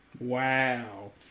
Wow